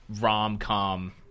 rom-com